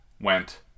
went